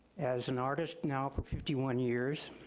as an artist now for fifty one years,